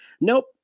Nope